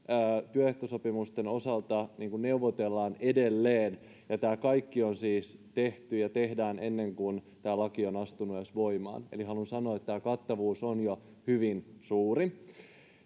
työehtosopimusten osalta neuvotellaan edelleen tämä kaikki on siis tehty ja tehdään ennen kuin tämä laki on astunut edes voimaan eli haluan sanoa että tämä kattavuus on jo hyvin suuri